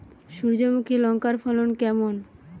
সূর্যমুখী লঙ্কার ফলন কেমন?